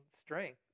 strength